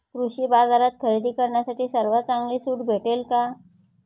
कृषी बाजारात खरेदी करण्यासाठी सर्वात चांगली सूट भेटेल का?